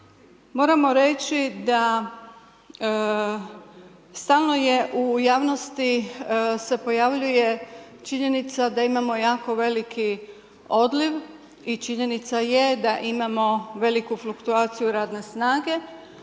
moramo reći da stalno je u javnosti se pojavljuje činjenica da imamo jako veliki odliv i činjenica je da imamo veliku fluktuaciju radne snage,